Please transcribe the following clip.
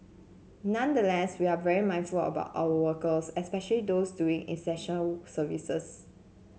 we are very mindful about our workers especial those doing essential services